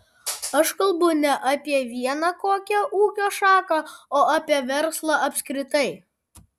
aš kalbu ne apie vieną kokią ūkio šaką o apie verslą apskritai